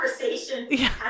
conversation